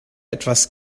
etwas